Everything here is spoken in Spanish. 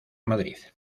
madrid